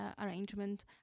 arrangement